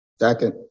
Second